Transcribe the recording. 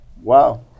Wow